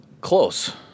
Close